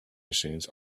machines